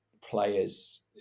players